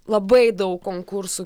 labai daug konkursų